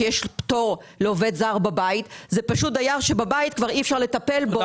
שיש לו פטור לעובד זר בבית; זה פשוט דייר שבבית כבר אי אפשר לטפל בו,